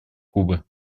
кубы